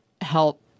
help